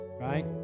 right